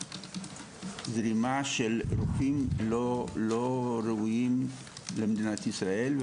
זרימה של רופאים לא ראויים למדינת ישראל,